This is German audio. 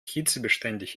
hitzebeständig